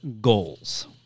goals